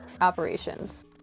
operations